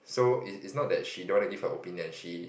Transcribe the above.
so is is not that she don't wanna give her opinion she